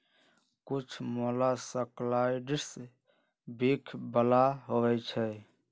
कुछ मोलॉक्साइड्स विख बला होइ छइ